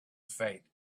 fate